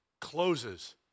closes